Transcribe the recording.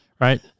right